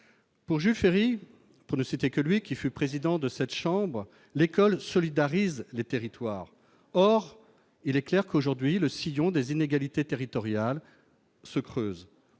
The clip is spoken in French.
Selon Jules Ferry- pour ne citer que lui, qui fut aussi président du Sénat -l'école solidarise les territoires. Or il est clair que, aujourd'hui, le sillon des inégalités territoriales se creuse.